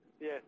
Yes